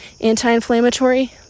anti-inflammatory